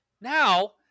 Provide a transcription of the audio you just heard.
Now